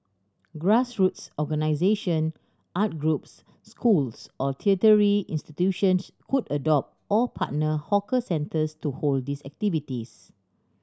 grassroots organisation art groups schools or tertiary institutions could adopt or partner hawker centres to hold these activities